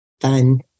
Fun